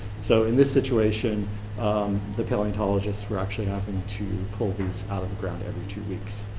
so in this situation the paleontologists were actually having to pull these out of the ground every two weeks.